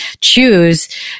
choose